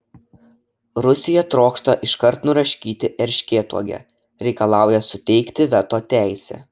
rusija trokšta iškart nuraškyti erškėtuogę reikalauja suteikti veto teisę